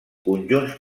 conjunts